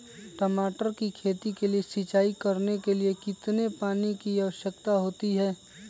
टमाटर की खेती के लिए सिंचाई करने के लिए कितने पानी की आवश्यकता होती है?